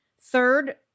Third